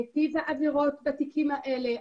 טיב העבירות בתיקים האלה,